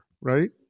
right